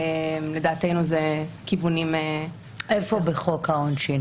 לדעתנו זה כיוונים --- איפה בחוק העונשין?